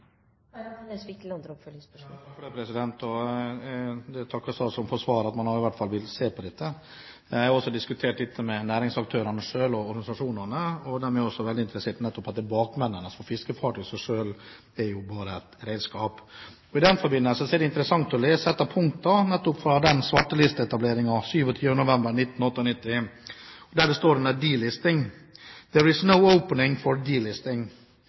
Jeg takker statsråden for svaret og for at man i hvert fall vil se på dette. Jeg har også diskutert dette med næringsaktørene selv og organisasjonene, og de er også veldig interessert nettopp i bakmennene. Fiskefartøyene i seg selv er jo bare et redskap. I den forbindelse er det interessant å lese ett av punktene nettopp fra svartelisteetableringen av 27. november 1998 der det står om delisting: «There is no opening for